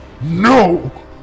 No